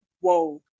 Whoa